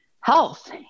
health